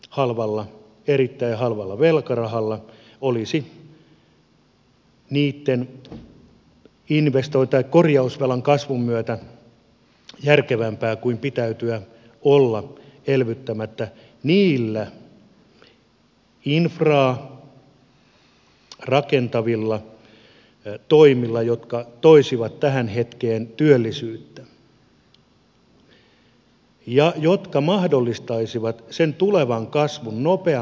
halvalla erittäin halvalla velkarahalla tällä hetkellä korjausvelan kasvun myötä järkevämpää kuin olla elvyttämättä olisi elvytys halvalla erittäin halvalla velkarahalla niillä infraa rakentavilla toimilla jotka toisivat tähän hetkeen työllisyyttä ja jotka mahdollistaisivat sen tulevan kasvun nopeamman nousun